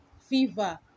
fever